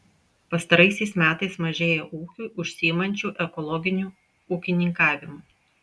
pastaraisiais metais mažėja ūkių užsiimančių ekologiniu ūkininkavimu